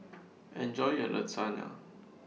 Enjoy your Lasagne